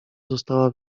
została